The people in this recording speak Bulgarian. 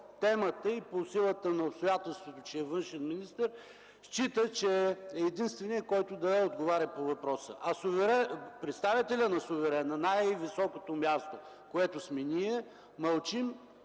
темата и по силата на обстоятелството, че е външен министър, счита себе си за единствения, който да отговаря по въпроса. А представителите на суверена, най-високото място, където сме ние, мълчим